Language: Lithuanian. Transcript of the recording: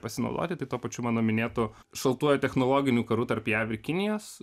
pasinaudoti tai tuo pačiu mano minėtu šaltuoju technologiniu karu tarp jav ir kinijos